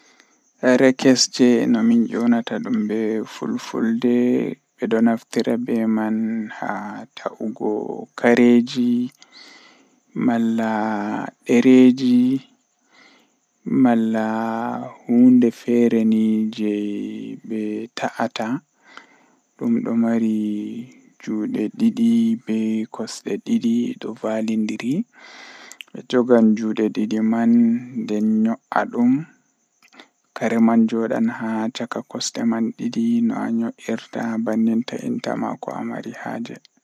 Komi wawata numtugo egaa wakkati midon bingel kanjum woni wakkati abba amin baaba am babirawo am hosata amin yaara amin babal yiwugo maayo wakkti man o yaara amin babal fijugo, Babal man don wela mi masin nden mi yejjitittaa wakkati man.